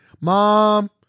Mom